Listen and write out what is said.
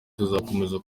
tuzakomeza